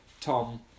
Tom